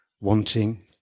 wanting